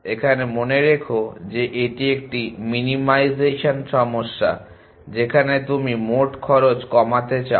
এখানে মনে রেখো যে এটি একটি মিনিমাইজেশন সমস্যা যেখানে তুমি মোট খরচ কমাতে চাও